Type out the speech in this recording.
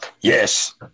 Yes